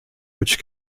which